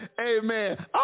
amen